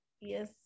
Yes